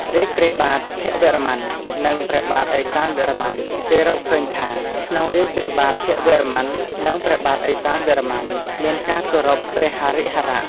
រាជ្យព្រះបាទភវរ្ម័ន និងព្រះបាទឥសានវរ្ម័ន គេរកឃើញថា ក្នុងរាជ្យព្រះបាទភវរ្ម័ន និងព្រះបាទឥសានវរ្ម័ន មានការគោរព ព្រះហរិហរៈ។